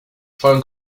phone